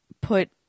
put